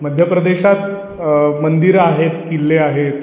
मध्य प्रदेशात मंदिरं आहेत किल्ले आहेत